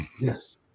Yes